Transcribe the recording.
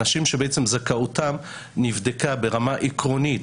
אנשים שזכאותם נבדקה ברמה עקרונית